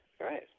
right